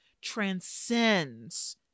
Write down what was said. transcends